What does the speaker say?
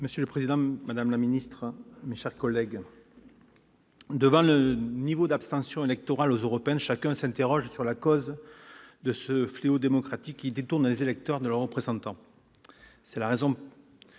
Monsieur le président, madame la ministre, mes chers collègues, devant le niveau d'abstention aux élections européennes, chacun s'interroge sur la cause de ce fléau démocratique qui détourne les électeurs de leurs représentants. C'est la raison